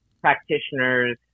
practitioners